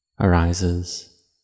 arises